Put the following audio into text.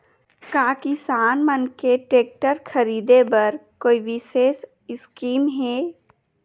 का किसान मन के टेक्टर ख़रीदे बर कोई विशेष स्कीम हे?